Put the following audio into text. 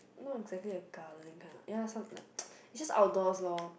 not exactly a garden kind lah ya some like it's just outdoors loh